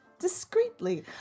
discreetly